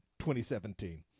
2017